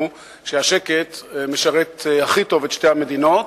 שהשקט משרת הכי טוב את שתי המדינות,